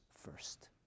first